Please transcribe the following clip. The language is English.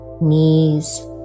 knees